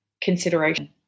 consideration